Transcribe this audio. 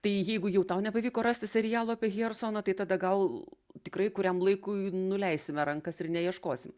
tai jeigu jau tau nepavyko rasti serialo apie hiersoną tai tada gal tikrai kuriam laikui nuleisime rankas ir neieškosim